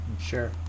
Sure